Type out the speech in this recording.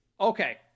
Okay